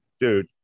dude